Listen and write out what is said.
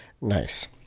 Nice